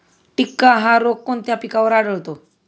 टिक्का हा रोग कोणत्या पिकावर आढळतो?